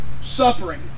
suffering